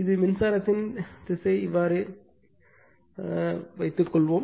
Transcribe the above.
இது மின்சாரத்தின் திசை எடுக்கப்பட்டது என்று வைத்துக்கொள்வோம்